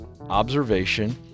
observation